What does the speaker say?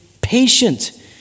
patient